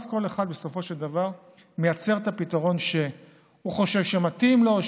אז כל אחד מייצר את הפתרון שהוא חושב שמתאים לו,